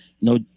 No